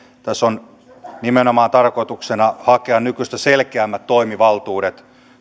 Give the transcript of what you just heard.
tässä on nimenomaan tarkoituksena hakea nykyistä selkeämmät toimivaltuudet